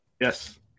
Yes